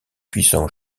puissant